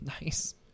Nice